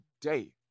day